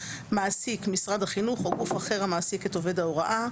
"מעסיק" משרד החינוך או גוף אחר המעסיק את עובד ההוראה,